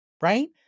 right